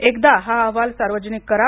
एकदा हा अहवाल सार्वजनिक करा